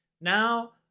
now